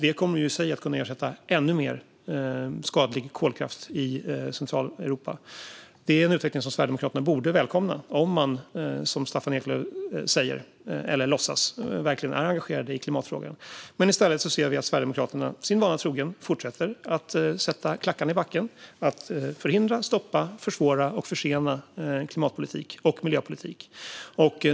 Det kommer i sig att kunna ersätta ännu mer skadlig kolkraft i Centraleuropa. Det är en utveckling som Sverigedemokraterna borde välkomna om man, som Staffan Eklöf låtsas, verkligen är engagerad i klimatfrågan. I stället ser vi att man från Sverigedemokraterna sin vana trogen fortsätter att sätta klackarna i backen och förhindra, stoppa, försvåra och försena klimatpolitik och miljöpolitik.